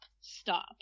Stop